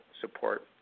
support